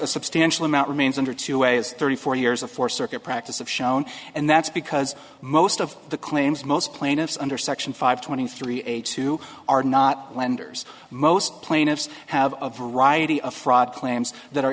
the substantial amount remains under two ways thirty four years of four circuit practice of shown and that's because most of the claims most plaintiffs under section five twenty three eighty two are not lenders most plaintiffs have a variety of fraud claims that are